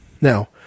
Now